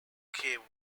came